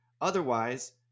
otherwise